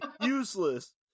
Useless